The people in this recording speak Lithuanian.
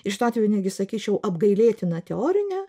šiuo atveju netgi sakyčiau apgailėtina teorine